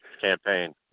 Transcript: Campaign